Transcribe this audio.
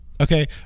Okay